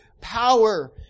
power